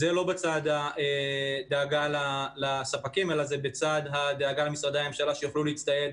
וזה לא בצד הדאגה לספקים אלא זה בצד הדאגה למשרדי הממשלה שיוכלו להצטייד